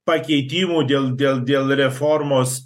pakeitimų dėl dėl dėl reformos